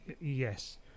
Yes